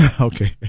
Okay